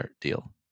deal